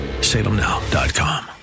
Salemnow.com